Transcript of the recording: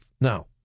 Now